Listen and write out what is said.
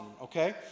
okay